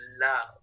love